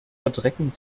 verdrecken